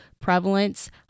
prevalence